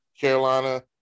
Carolina